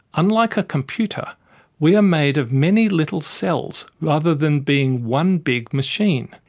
unlike a computer we are made of many little cells, rather than being one big machine.